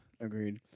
Agreed